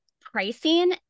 pricing